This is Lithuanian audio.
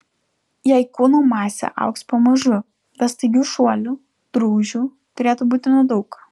jei kūno masė augs pamažu be staigių šuolių drūžių turėtų būti nedaug